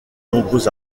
nombreux